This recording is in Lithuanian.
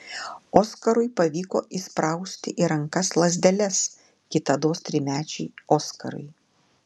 oskarui pavyko įsprausti į rankas lazdeles kitados trimečiui oskarui